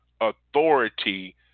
authority